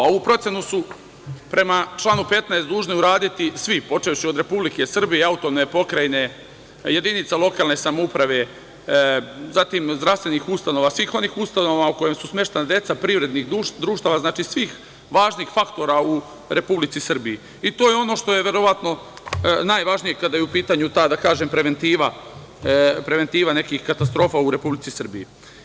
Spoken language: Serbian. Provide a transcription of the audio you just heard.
Ovu procenu su, prema članu 15, dužni uraditi svi, počevši od Republike Srbije, autonomne pokrajine, jedinica lokalne samouprave, zatim zdravstvenih ustanova, svih onih ustanova u kojoj su smeštena deca privrednih društava, znači svih važnih faktora u Republici Srbiji i to je ono što je verovatno najvažnije kada je u pitanju ta preventiva nekih katastrofa u Republici Srbiji.